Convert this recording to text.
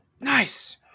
Nice